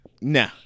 Nah